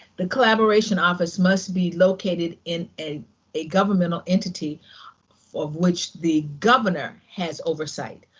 the collaboration office must be located in a a governmental entity for which the governor has oversight.